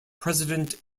president